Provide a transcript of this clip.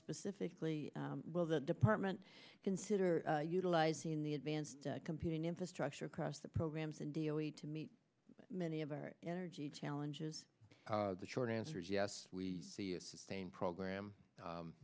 specifically will the department consider utilizing the advanced computing infrastructure across the programs and daily to meet many of our energy challenges the short answer is yes we see a sustained program